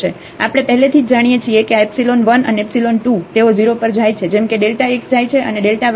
આપણે પહેલેથી જ જાણીએ છીએ કે આ એપ્સીલોન 1 અને એપ્સીલોન 2 તેઓ 0 પર જાય છે જેમ કે x જાય છે અને y0 પર જાય છે